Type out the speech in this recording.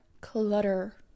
Clutter